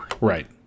right